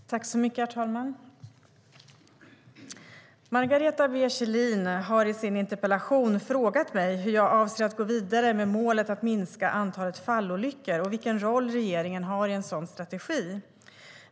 Svar på interpellationerHerr talman! Margareta B Kjellin har i sin interpellation frågat mig hur jag avser att gå vidare med målet att minska antalet fallolyckor och vilken roll regeringen har i en sådan strategi.